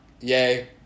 Yay